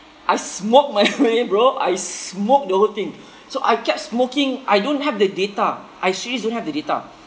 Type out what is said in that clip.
I smoke my way bro I smoked the whole thing so I kept smoking I don't have the data I actually don't have the data